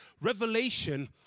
revelation